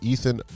Ethan